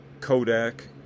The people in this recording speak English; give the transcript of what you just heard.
Kodak